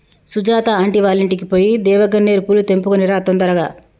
Sujatha aunty వాళ్ళింటికి పోయి దేవగన్నేరు పూలు తెంపుకొని రా తొందరగా